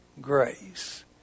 grace